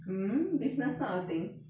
hmm business not your thing